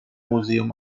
museum